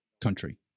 country